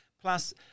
Plus